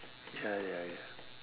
ya ya ya